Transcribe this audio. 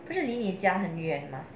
他会离你家很远吗